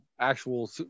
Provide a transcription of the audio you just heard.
actual